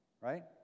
right